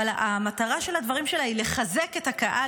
אבל המטרה של הדברים שלה היא לחזק את הקהל